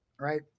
right